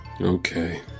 Okay